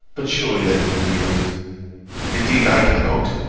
but surely they will yield indeed i cannot.